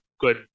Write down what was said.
good